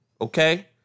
okay